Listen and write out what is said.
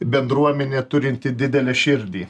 bendruomenė turinti didelę širdį